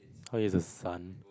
how is a sun